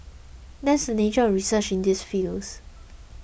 that's just the nature of research in these fields